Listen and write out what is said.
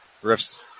drifts